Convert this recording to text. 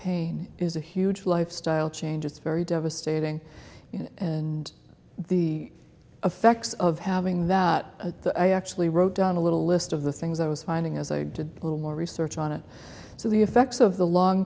pain is a huge lifestyle change it's very devastating and the effects of having that i actually wrote down a little list of the things i was finding as i did a little more research on it so the effects of the long